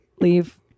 Leave